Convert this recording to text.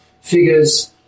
figures